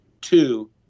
Two